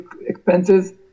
expenses